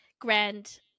Grand